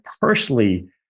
personally